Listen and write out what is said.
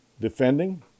defending